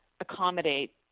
accommodate